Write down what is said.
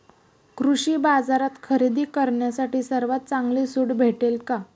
कृषी बाजारात खरेदी करण्यासाठी सर्वात चांगली सूट भेटेल का?